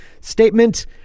statement